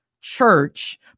church